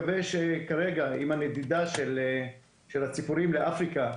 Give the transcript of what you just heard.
אני מקווה שכרגע עם הנדידה של הציפורים לאפריקה,